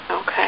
Okay